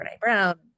Brown